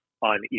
on